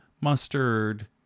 mustard